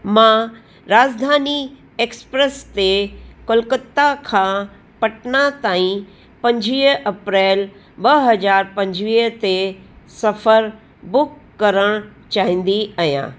मां राजधानी एक्सप्रेस ते कोलकाता खां पटना ताईं पंजुवीह अप्रैल ॿ हज़ार पंजुवीह ते सफ़रु बुक करणु चाहींदी आहियां